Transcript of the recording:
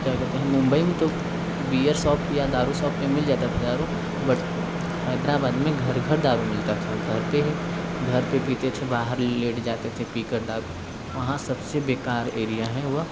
की केहते हैं मुंबई में तो बीयर शॉप या दारू शॉप में मिल जाता था दारू बट हैदराबाद में घर घर दारू मिलता था घर पर ही घर पर पीते थे बाहर लेट जाते थे पी कर दारू वहाँ सबसे बेकार एरिया है वह